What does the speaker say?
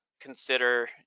consider